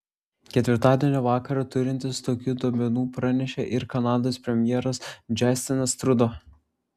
ketvirtadienio vakarą turintis tokių duomenų pranešė ir kanados premjeras džastinas trudo